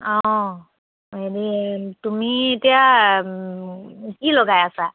অঁ হেৰি তুমি এতিয়া কি লগাই আছা